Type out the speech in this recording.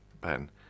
Ben